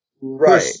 Right